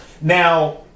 Now